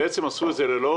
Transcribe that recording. בעצם עשו את זה ללא